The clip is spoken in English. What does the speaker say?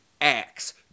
acts